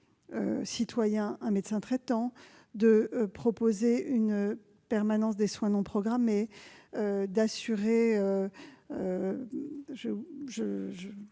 citoyen un médecin traitant, de proposer une permanence des soins non programmés et